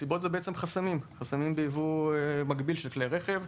הסיבות הן החסמים בייבוא מקביל של כלי הרכב,